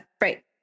right